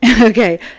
Okay